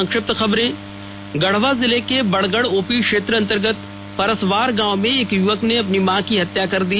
संक्षिप्त समाचार गढ़वा जिले के बड़गड़ ओपी क्षेत्र अंतर्गत परसवार गांव में एक युवक ने अपनी मां की हत्या कर दी